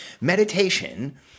Meditation